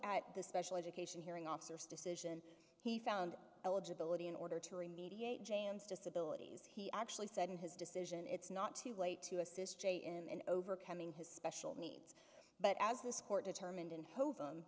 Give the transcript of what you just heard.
at the special education hearing officers decision he found eligibility in order to remediate james disabilities he actually said in his decision it's not too late to assist in overcoming his special needs but as this court determined